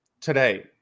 today